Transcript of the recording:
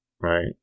Right